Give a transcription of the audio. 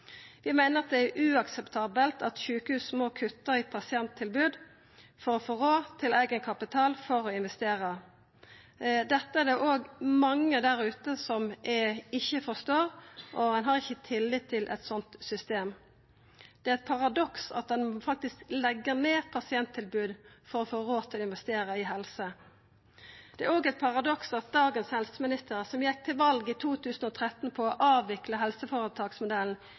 Senterpartiet meiner at rekneskapsloven for sjukehusdrift må avviklast. Sjukehus må omfattast av dei same budsjett- og rekneskapssystema som kommunar og fylkeskommunar har i dag. Det inneber at ein skil mellom investering og driftsløyving. Det er uakseptabelt at sjukehus må kutta i pasienttilbod for å få råd til eigenkapital for å investera. Dette er det òg mange der ute som ikkje forstår, og ein har ikkje tillit til eit sånt system. Det er eit paradoks at ein faktisk må leggja ned pasienttilbod for å få råd til å investera i